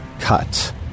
cut